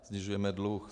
Snižujeme dluh.